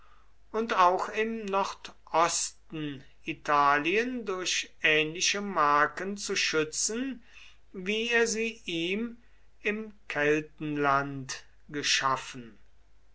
und auch im nordosten italien durch ähnliche marken zu schützen wie er sie ihm im keltenland geschaffen